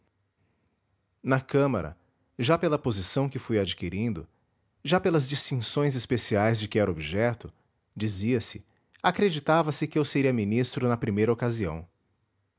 na câmara já pela posição que fui adquirindo já pelas distinções especiais de que era objeto dizia-se acreditava se que eu seria ministro na primeira ocasião